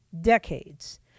decades